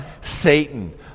Satan